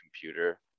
computer